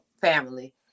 family